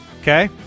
Okay